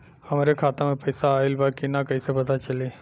हमरे खाता में पैसा ऑइल बा कि ना कैसे पता चली?